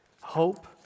Hope